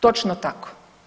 Točno tako.